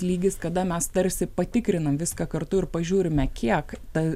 lygis kada mes tarsi patikrinam viską kartu ir pažiūrime kiek ta